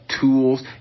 Tools